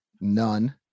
None